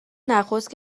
نخست